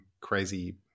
crazy